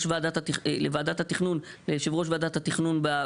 אני יכולה לומר, שוב, כיושבת ראש וועדה מקומית,